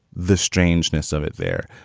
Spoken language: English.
the strangeness of it there.